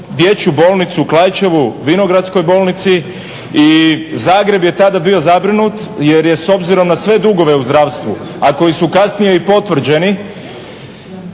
dječju bolnicu Klaićevu Vinogradskoj bolnici i Zagreb je tada bio zabrinut jer je s obzirom na sve dugove u zdravstvu, a koji su kasnije i potvrđeni,